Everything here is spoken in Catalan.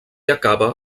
acaba